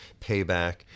Payback